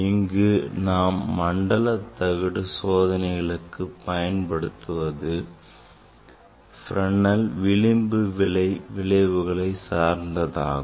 இங்கு நாம் மண்டல தகடு சோதனைகளுக்கு பயன்படுத்துவது Fresnel வகை விளிம்பு விளைவுகளை சார்ந்ததாகும்